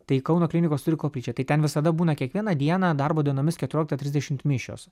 tai kauno klinikos turi koplyčią tai ten visada būna kiekvieną dieną darbo dienomis keturioliktą trisdešimt mišios